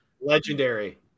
legendary